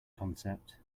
concept